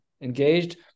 Engaged